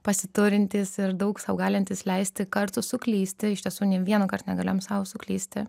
pasiturintys ir daug sau galintys leisti kartų suklysti iš tiesų nei vieno kart negalėjom sau suklysti